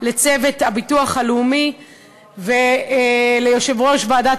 לצוות הביטוח הלאומי וליושב-ראש ועדת